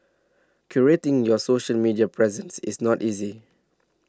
curating your social media presence is not easy